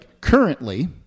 Currently